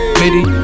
midi